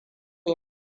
yi